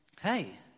hey